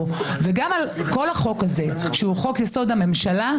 וגם על כל החוק הזה שהוא חוק-יסוד: הממשלה,